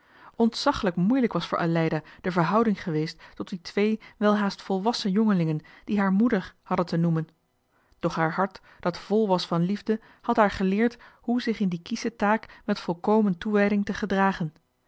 ontzaglijk moeilijk was voor aleida de verhouding geweest tot die twee welhaast volwassen jongelingen die haar moeder hadden te noemen doch haar hart dat vol was van liefde had haar geleerd hoe zich in die kiesche taak met volkomen toewijding te gedragen